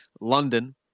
London